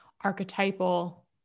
archetypal